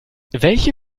welche